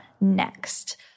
next